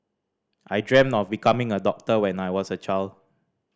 I dreamt of becoming a doctor when I was a child